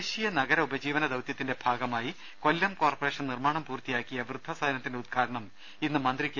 ദേശീയ നഗര ഉപജീവന ദൌത്യത്തിന്റെ ഭാഗമായി കൊല്ലം കോർപ്പറേഷൻ നിർമാണം പൂർത്തിയാക്കിയ വൃദ്ധ സദനത്തിന്റെ ഉദ്ഘാടനം ഇന്ന് മന്ത്രി കെ